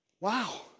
Wow